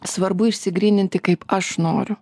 svarbu išsigryninti kaip aš noriu